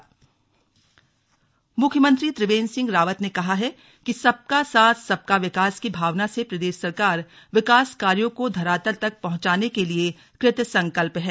slug CM Nainital मुख्यमंत्री त्रिवेंद्र सिंह रावत ने कहा है कि सबका साथ सबका विकास की भावना से प्रदेश सरकार विकास कार्यो को धरातल तक पहुंचाने के लिए कृत संकल्प है